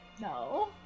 No